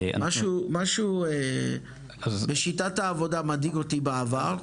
משהו בשיטת העבודה מדאיג אותי בעבר,